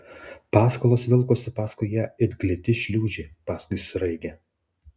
paskalos vilkosi paskui ją it gliti šliūžė paskui sraigę